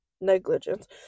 negligence